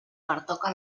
pertoca